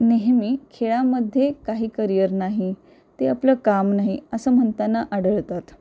नेहमी खेळामध्ये काही करिअर नाही ते आपलं काम नाही असं म्हणताना आढळतात